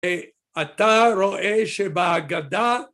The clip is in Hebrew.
אתה רואה שבהגדה